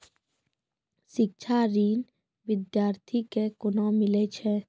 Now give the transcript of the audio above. शिक्षा ऋण बिद्यार्थी के कोना मिलै छै?